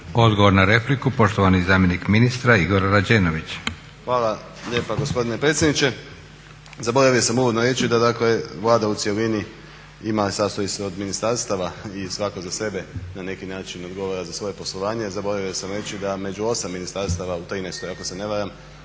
Odgovor na repliku, poštovani zamjenik ministra Igor Rađenović. **Rađenović, Igor (SDP)** Hvala lijepa gospodine predsjedniče. Zaboravio sam uvodno reći da dakle Vlada u cjelini ima, sastoji se od ministarstava i svako za sebe na neki način odgovara za svoje poslovanje. Zaboravio sam reći da među osam ministarstava u 2013. ako se ne varam